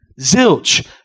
zilch